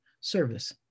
service